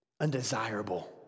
undesirable